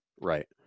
Right